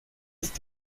ist